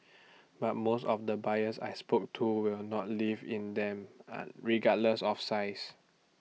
but most of the buyers I spoke to will not live in them regardless of size